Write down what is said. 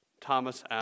Thomas